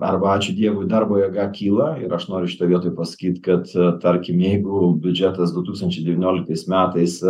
arba ačiū dievui darbo jėga kyla ir aš noriu šitoj vietoj pasakyt kad tarkim jeigu biudžetas du tūkstančiai devynioliktais metais